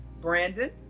Brandon